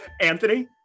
Anthony